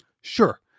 Sure